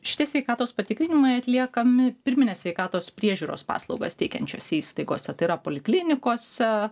šitie sveikatos patikrinimai atliekami pirminės sveikatos priežiūros paslaugas teikiančiose įstaigose tai yra poliklinikose